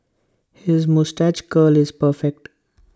his moustache curl is perfect